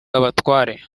abatware